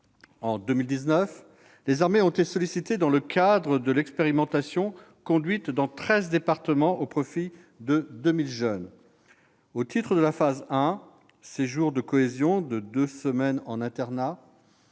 En 2019, les armées ont été sollicitées dans le cadre de l'expérimentation conduite dans treize départements au profit de 2 000 jeunes. Au titre de la phase 1, qui correspond à un séjour de cohésion de deux semaines en internat,